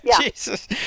Jesus